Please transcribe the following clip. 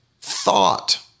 thought